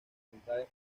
ejemplares